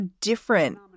different